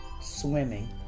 Swimming